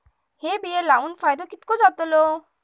हे बिये लाऊन फायदो कितको जातलो?